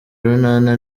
urunana